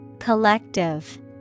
Collective